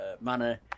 manner